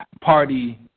party